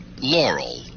Laurel